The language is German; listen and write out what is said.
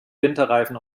winterreifen